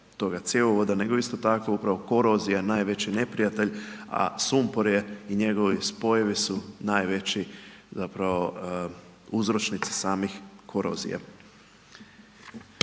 toga cjevovoda, nego isto tako upravo korozija najveći neprijatelj, a sumpor je i njegovi spojevi su najveći zapravo uzročnici samih korozija.